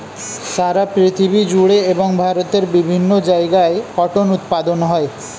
সারা পৃথিবী জুড়ে এবং ভারতের বিভিন্ন জায়গায় কটন উৎপাদন হয়